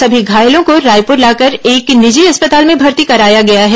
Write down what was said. सभी घायलों को रायपुर लाकर एक निजी अस्पताल में भर्ती कराया गया है